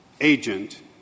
agent